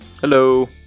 Hello